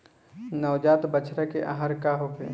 नवजात बछड़ा के आहार का होखे?